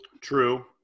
True